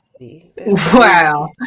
Wow